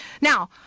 Now